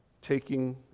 taking